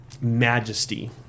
majesty